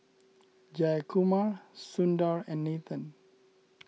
Jayakumar Sundar and Nathan